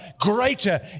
greater